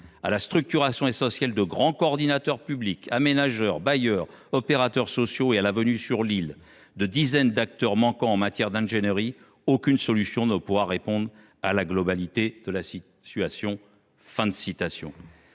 à la structuration essentielle de grands coordinateurs publics – aménageurs, bailleurs, opérateurs sociaux – et à la venue sur l’île de dizaines d’acteurs manquants en matière d’ingénierie, aucune solution ne pourra répondre à la globalité de la situation. »